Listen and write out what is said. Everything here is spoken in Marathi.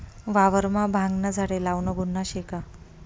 वावरमा भांगना झाडे लावनं गुन्हा शे का?